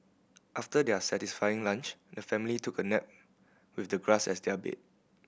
after their satisfying lunch the family took a nap with the grass as their bed